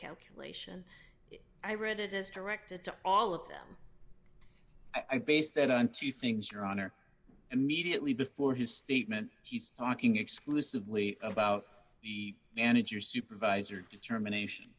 calculation i read it as directed to all of them i base that on two things your honor immediately before his statement he's talking exclusively about the manager supervisor determination